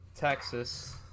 Texas